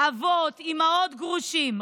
אבות ואימהות גרושים,